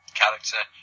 character